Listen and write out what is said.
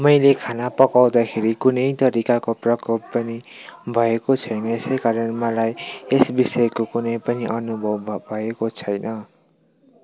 मैले खाना पकाउँदाखेरि कुनै तरिकाको प्रकोप पनि भएको छैन यसै कारण मलाई यस विषयको कुनै पनि अनुभव भयो भएको छैन